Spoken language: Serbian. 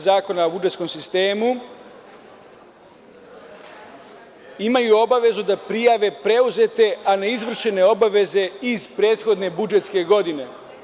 Zakona o budžetskom sistemu, imaju obavezu da prijave preuzete, a neizvršene obaveze iz prethodne budžetske godine.